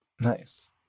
Nice